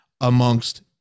amongst